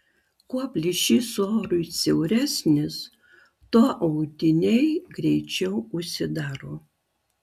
kuo plyšys orui siauresnis tuo audiniai greičiau užsidaro